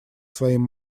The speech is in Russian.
своим